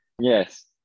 yes